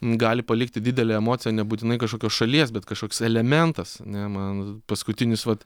gali palikti didelę emociją nebūtinai kažkokios šalies bet kažkoks elementas ane man paskutinis vat